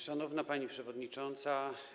Szanowna Pani Przewodnicząca!